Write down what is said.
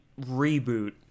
reboot